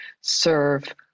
serve